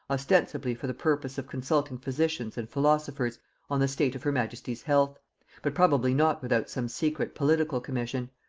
ostensibly for the purpose of consulting physicians and philosophers on the state of her majesty's health but probably not without some secret political commission.